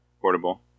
Portable